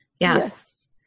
Yes